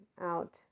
out